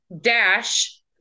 dash